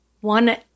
one